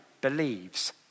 believes